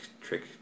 trick